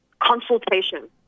consultation